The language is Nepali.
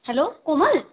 हेलो कोमल